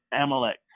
Amalek